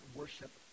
worship